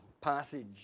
passage